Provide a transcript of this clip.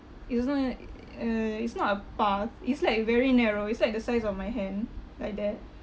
it's not a uh it's not a path it's like very narrow it's like the size of my hand like that